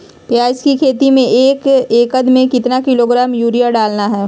प्याज की खेती में एक एकद में कितना किलोग्राम यूरिया डालना है?